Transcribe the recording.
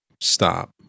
stop